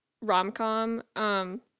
rom-com